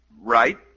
Right